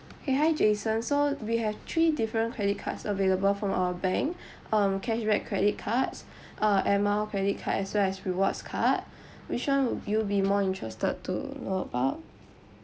!hey! hi jason so we have three different credit cards available from our bank um cashback credit cards uh air mile credit card as well as rewards card which one would you be more interested to know about